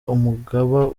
umugaba